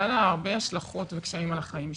לה הרבה השלכות וקשיים על החיים שלי.